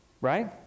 right